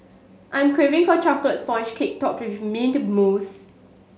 I'm craving for chocolate sponge cake topped with mint mousse